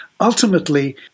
ultimately